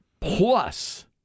Plus